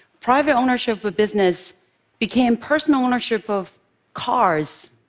private ownership of a business became personal ownership of cars,